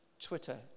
Twitter